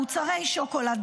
מוצרי שוקולד,